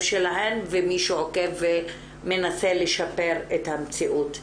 שלהן ומי שעוקב מנסה לשפר את המציאות.